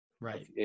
Right